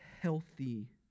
Healthy